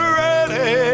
ready